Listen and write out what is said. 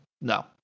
no